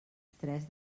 tres